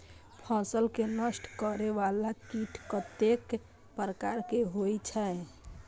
फसल के नष्ट करें वाला कीट कतेक प्रकार के होई छै?